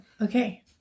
okay